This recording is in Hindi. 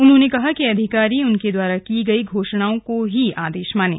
उन्होंने कहा कि अधिकारी उनके द्वारा की गई घोषणाओं को ही आदेश मानें